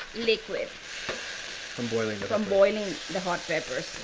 liquid from boiling from boiling the hot peppers.